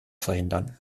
verhindern